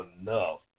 enough